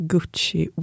Gucci